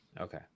Okay